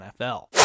NFL